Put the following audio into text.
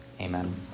Amen